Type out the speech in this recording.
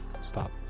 stop